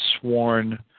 sworn